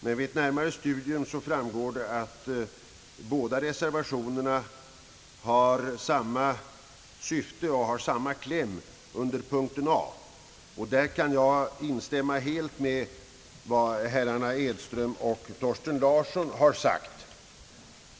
Men vid ett närmare studium framgår det att båda reservationerna har samma syfte och de har samma kläm under punkten A. Därvidlag kan jag instämma helt med vad herrarna Edström och Thorsten Larsson har sagt.